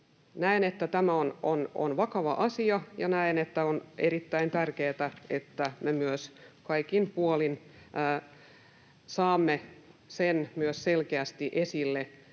Näen, että tämä on vakava asia, ja näen, että on erittäin tärkeätä, että me kaikin puolin saamme sen myös selkeästi esille,